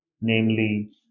namely